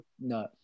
No